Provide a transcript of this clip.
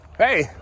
Hey